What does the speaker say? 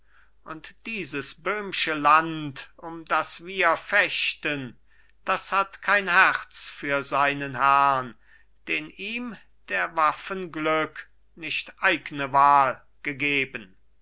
und dieses böhmsche land um das wir fechten das hat kein herz für seinen herrn den ihm der waffen glück nicht eigne wahl gegeben